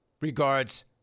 Regards